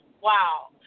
wow